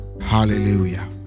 hallelujah